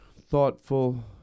thoughtful